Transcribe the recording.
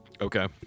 okay